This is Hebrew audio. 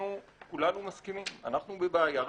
היינו כולנו מסכימים אנחנו בבעיה רצינית,